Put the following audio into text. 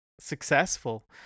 successful